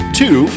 two